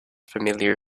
familiar